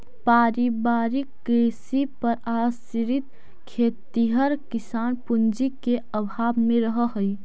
पारिवारिक कृषि पर आश्रित खेतिहर किसान पूँजी के अभाव में रहऽ हइ